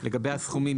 לגבי הסכומים,